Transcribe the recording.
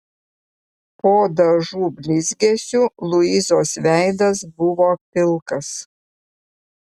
po dažų blizgesiu luizos veidas buvo pilkas